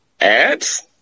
ads